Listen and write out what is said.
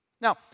Now